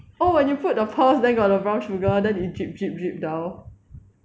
oh when you put the pearls then got the brown sugar then it drip drip drip down